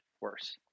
worse